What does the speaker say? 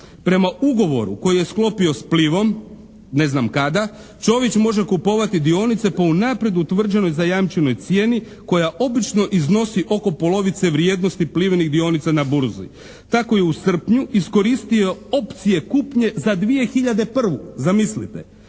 Prema ugovoru koji je sklopio s PLIVA-om ne znam kada Čović može kupovati dionice po unaprijed utvrđenoj zajamčenoj cijeni koja obično iznosi oko polovice vrijednosti PLIVA-inih dionica na burzi. Tako je i u srpnju iskoristio opcije kupnje za 2001. Zamislite.